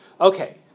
Okay